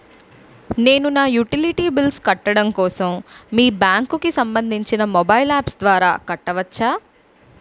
నేను నా utility bills కట్టడం కోసం మీ బ్యాంక్ కి సంబందించిన మొబైల్ అప్స్ ద్వారా కట్టవచ్చా?